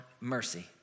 mercy